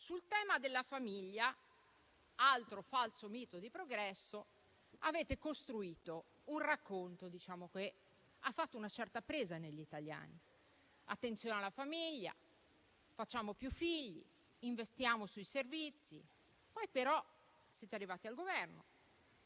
Sul tema della famiglia, altro falso mito di progresso, avete costruito un racconto che ha avuto una certa presa sugli italiani: attenzione alla famiglia, fare più figli, investire sui servizi. Poi però siete arrivati al Governo.